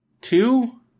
Two